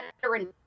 veteran